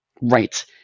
right